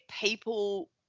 people